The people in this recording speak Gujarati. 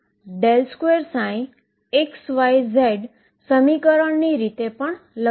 જે પછી ને અનુરૂપ dψdxAe mω2ℏx2 Amωx2e mω2ℏx2છે